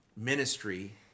Ministry